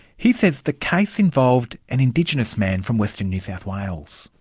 he says the case involved an indigenous man from western new south wales.